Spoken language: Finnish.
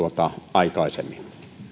aikaisemmin